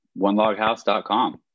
OneLogHouse.com